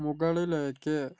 മുകളിലേക്ക്